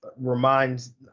reminds –